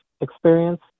experience